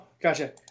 gotcha